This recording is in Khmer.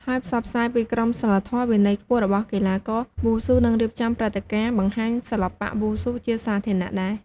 ហើយផ្សព្វផ្សាយពីក្រមសីលធម៌ វិន័យខ្ពស់របស់កីឡាករវ៉ូស៊ូនឹងរៀបចំព្រឹត្តិការណ៍បង្ហាញសិល្បៈវ៉ូស៊ូជាសាធារណៈដែរ។